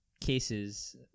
cases